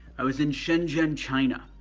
i was in shenzhen, china,